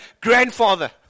grandfather